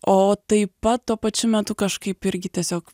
o taip pat tuo pačiu metu kažkaip irgi tiesiog